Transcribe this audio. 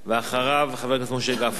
ואחריו, חבר הכנסת משה גפני.